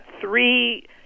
three